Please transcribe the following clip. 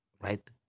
Right